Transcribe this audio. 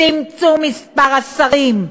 צמצום מספר השרים,